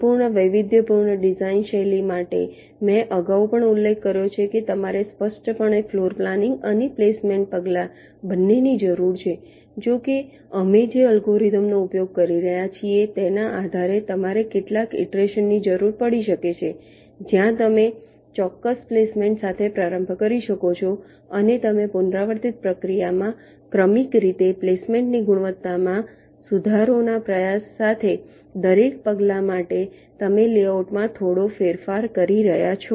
સંપૂર્ણ વૈવિધ્યપૂર્ણ ડિઝાઇન શૈલી માટે મેં અગાઉ પણ ઉલ્લેખ કર્યો છે કે તમારે સ્પષ્ટપણે ફ્લોર પ્લાનિંગ અને પ્લેસમેન્ટ પગલાં બંનેની જરૂર છે જો કે અમે જે અલ્ગોરિધમનો ઉપયોગ કરી રહ્યા છીએ તેના આધારે તમારે કેટલાક ઇટરેશનની જરૂર પડી શકે છે જ્યાં તમે ચોક્કસ પ્લેસમેન્ટ સાથે પ્રારંભ કરી શકો છો અને તમે પુનરાવર્તિત પ્રક્રિયામાં ક્રમિક રીતે પ્લેસમેન્ટની ગુણવત્તામાં સુધારો ના પ્રયાસ સાથે દરેક પગલા માટે તમે લેઆઉટમાં થોડો ફેરફાર કરી રહ્યાં છો